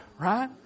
right